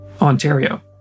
Ontario